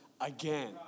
again